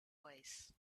wise